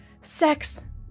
sex